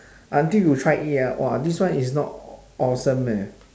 until you try it ah !wah! this one is not awesome eh